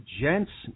gents